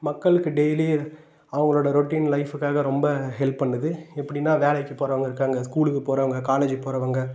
மக்களுக்கு டெய்லியும் அவங்களோடய ரொட்டின் லைஃப்வுக்காக ரொம்ப ஹெல்ப் பண்ணது எப்படின்னா வேலைக்கு போகிறவங்க இருப்பாங்க ஸ்கூலுக்கு போகிறவங்க காலேஜுக்கு போகிறவங்க